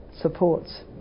supports